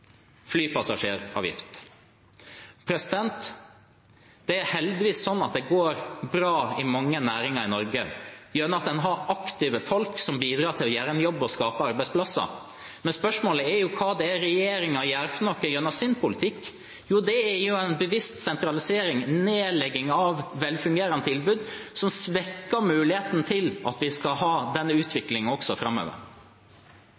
flypassasjeravgift. Det er heldigvis sånn at det går bra i mange næringer i Norge, gjennom at en har aktive folk som bidrar til å gjøre en jobb og skape arbeidsplasser. Men spørsmålet er jo hva regjeringen gjør gjennom sin politikk, og det er en bevisst sentralisering – nedlegging av velfungerende tilbud, som svekker muligheten for at vi kan ha denne